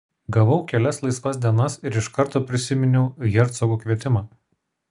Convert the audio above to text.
gavau kelias laisvas dienas ir iš karto prisiminiau hercogo kvietimą